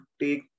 take